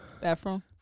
bathroom